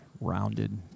rounded